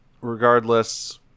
Regardless